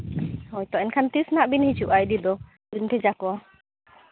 ᱦᱳᱭᱛᱳ ᱮᱱᱠᱷᱟᱱ ᱛᱤᱥ ᱱᱟᱜ ᱵᱤᱱ ᱦᱤᱡᱩᱜᱼᱟ ᱤᱫᱤ ᱫᱚ ᱟᱨ ᱵᱤᱱ ᱵᱷᱮᱡᱟ ᱠᱚᱣᱟ